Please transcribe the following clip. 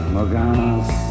Morgana's